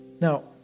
Now